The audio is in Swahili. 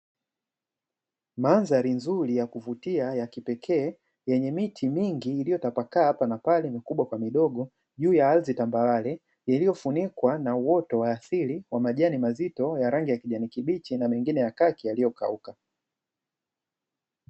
Mandhari nzuri ya kuvutia ya kipekee yenye miti mingi iliyo tapakaa hapa na pale mikubwa kwa midogo, juu ya ardhi tambarare yaliyofunikwa na uwoto wa asili wa majani mazito ya rangi ya kijani kibichi na mengine ya kaki yaliyokauka.